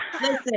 listen